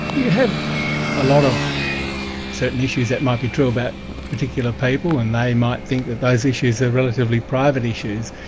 yeah had a lot of certain issues that might be true about particular people and they might think that those issues are relatively private issues,